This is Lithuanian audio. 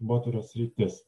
kalbotyros sritis